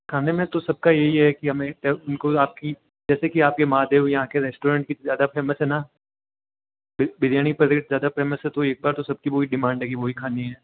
खाने में तो सबका यही है किकी हमे उनको आपकी जैसे की आपके महादेव यहाँ के रेस्टोरेंट की ज़्यादा फेमस है ना बिरयानी पलेट ज़्यादा फेमस है तो एक बार तो सबकी वो भी डिमांड है कि वो ही खानी है